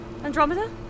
Andromeda